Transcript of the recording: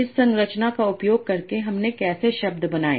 इस संरचना का उपयोग करके हमने कैसे शब्द बनाए